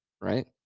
Right